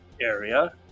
area